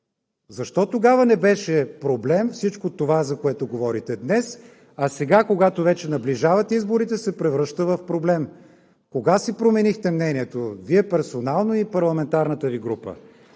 Защо тогава не беше проблем всичко това, за което говорите днес, а сега, когато вече наближават изборите, се превръща в проблем? Кога си променихте мнението – Вие персонално, и парламентарната Ви група?